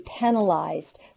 penalized